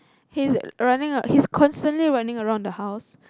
he's running a he's constantly running around the house